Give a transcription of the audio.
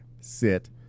sit